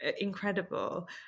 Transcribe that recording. incredible